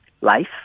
life